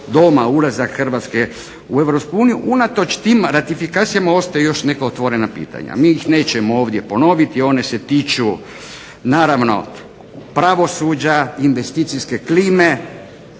Doma ulazak Hrvatske u EU. Unatoč tim ratifikacijama ostaju još neka otvorena pitanja. Mi ih nećemo ovdje ponoviti, ona se tiču naravno pravosuđa, investicijske klime